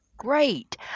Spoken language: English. Great